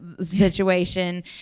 situation